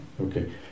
Okay